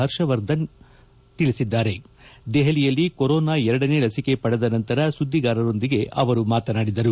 ಪರ್ಷವರ್ಧನ್ ಸ್ಪಪ್ಪಡಿಸಿದ್ದಾರೆ ದೆಪಲಿಯಲ್ಲಿ ಕೊರೋನ ಎರಡನೇ ಲಸಿಕೆ ಪಡೆದ ನಂತರ ಸುಧ್ಗಾರರೊಂದಿಗೆ ಅವರು ಮಾತನಾಡಿದರು